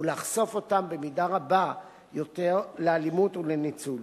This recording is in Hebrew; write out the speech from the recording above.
ולחשוף אותן במידה רבה יותר לאלימות ולניצול.